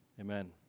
Amen